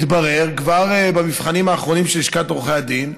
מתברר כבר במבחנים האחרונים של לשכת עורכי הדין,